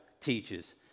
teaches